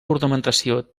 ornamentació